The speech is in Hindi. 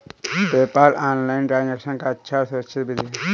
पेपॉल ऑनलाइन ट्रांजैक्शन का अच्छा और सुरक्षित विधि है